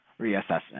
reassessment